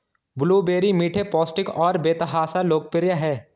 blueberry मीठे, पौष्टिक और बेतहाशा लोकप्रिय हैं